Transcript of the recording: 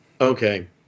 Okay